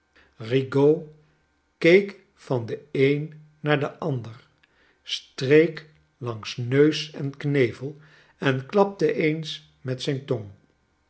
rigaud keek van den een naar den ander streek langs neus en knevel en klapte eens met zijn tong